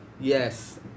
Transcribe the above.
yes